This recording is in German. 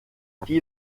die